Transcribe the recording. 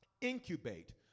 incubate